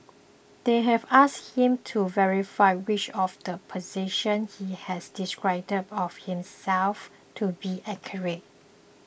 they have asking him to verify which of the positions he has described of himself to be accurate